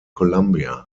columbia